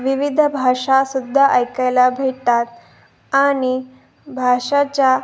विविध भाषासुद्धा ऐकायला भेटतात आणि भाषाच्या